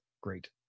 great